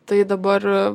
tai dabar